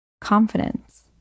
Confidence